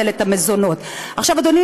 תודה, אדוני